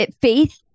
faith